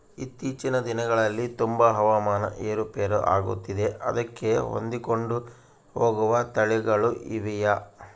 ಇತ್ತೇಚಿನ ದಿನಗಳಲ್ಲಿ ತುಂಬಾ ಹವಾಮಾನ ಏರು ಪೇರು ಆಗುತ್ತಿದೆ ಅದಕ್ಕೆ ಹೊಂದಿಕೊಂಡು ಹೋಗುವ ತಳಿಗಳು ಇವೆಯಾ?